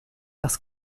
das